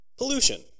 pollution